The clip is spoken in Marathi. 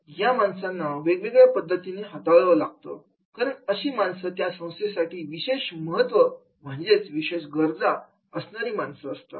या माणसांना वेगळ्या पद्धतीने हाताळाव लागत कारण अशी माणसं त्या संस्थेसाठी विशेष व्यक्तिमत्व म्हणजेच विशेष गरजा असणारी माणसं असतात